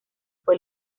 fue